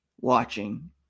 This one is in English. watching